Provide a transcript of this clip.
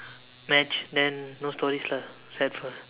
match then no stories lah sad for her